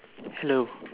hello